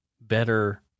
better